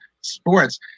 sports